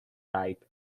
type